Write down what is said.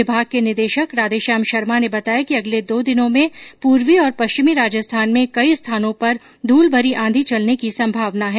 विमाग के निदेशक राधेश्याम शर्मा ने बताया कि अगले दो दिनों में पूर्वी और पश्चिमी राजस्थान में कई स्थानों पर धुलभरी आंधी चलने की संभावना है